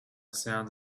sounds